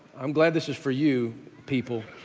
i'm glad this is for you people.